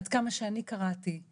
עד כמה שאני קראתי,